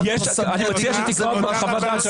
--- אני מציע שתקרא חוות דעת של